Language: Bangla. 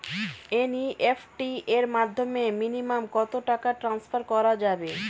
এন.ই.এফ.টি এর মাধ্যমে মিনিমাম কত টাকা টান্সফার করা যাবে?